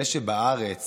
זה שבארץ